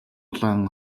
улаан